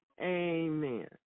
Amen